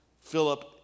Philip